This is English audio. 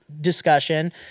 discussion